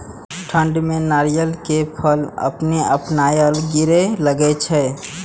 ठंड में नारियल के फल अपने अपनायल गिरे लगए छे?